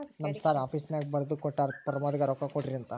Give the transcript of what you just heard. ನಮ್ ಸರ್ ಆಫೀಸ್ನಾಗ್ ಬರ್ದು ಕೊಟ್ಟಾರ, ಪ್ರಮೋದ್ಗ ರೊಕ್ಕಾ ಕೊಡ್ರಿ ಅಂತ್